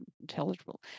intelligible